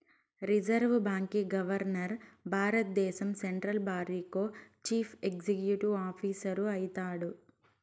reserve బాంకీ governor భారద్దేశం central బారికో చీఫ్ ఎక్సిక్యూటివ్ ఆఫీసరు అయితాడు